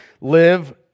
live